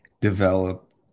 develop